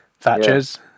Thatcher's